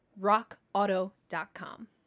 rockauto.com